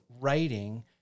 writing